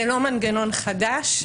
זה לא מנגנון חדש,